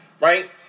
right